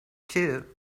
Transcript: too